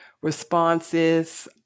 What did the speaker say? responses